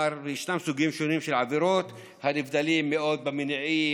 כלומר ישנם סוגים של עבירות הנבדלים מאוד במניעים,